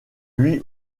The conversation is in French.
lui